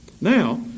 Now